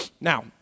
Now